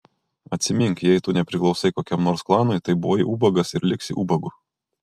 atsimink jei tu nepriklausai kokiam nors klanui tai buvai ubagas ir liksi ubagu